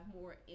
more